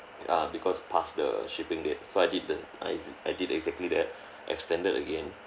ah because past the shipping date so I did the I s~ I did exactly that extended again